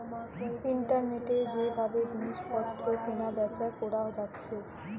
ইন্টারনেটে যে ভাবে জিনিস পত্র কেনা বেচা কোরা যাচ্ছে